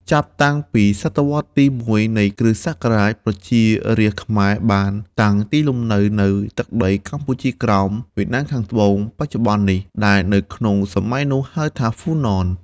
ចាប់តាំងពីសតវត្សរ៍ ទី១ នៃគ្រឹស្តសករាជ ប្រជារាស្ត្រខ្មែរបានតាំងទីលំនៅ នៅទឹកដីកម្ពុជាក្រោម វៀតណាមខាងត្បូង បច្ចុប្បន្ននេះ ដែលនៅក្នុងសម័យនោះ ហៅថា ហ៊្វូណន ។